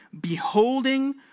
beholding